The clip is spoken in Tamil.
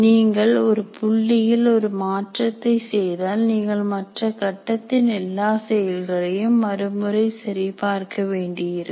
நீங்கள் ஒரு புள்ளியில் ஒரு மாற்றத்தை செய்தால் நீங்கள் மற்ற கட்டத்தின் எல்லா செயல்களையும் மறுமுறை சரி பார்க்க வேண்டியிருக்கும்